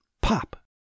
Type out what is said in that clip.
pop